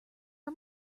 are